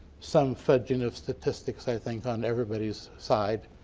some fudging of statistics i think on everybody's side,